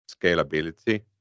scalability